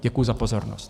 Děkuji za pozornost.